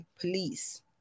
police